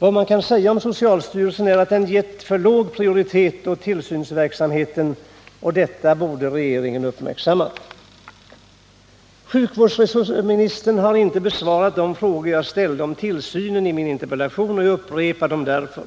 Vad man kan säga om socialstyrelsen är att den gett för låg prioritet åt tillsynsverksamheten, och det borde regeringen ha uppmärksammat. Sjukvårdsministern har inte besvarat de frågor om tillsynen som jag ställt i min interpellation, och jag upprepar dem därför: 1.